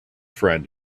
friend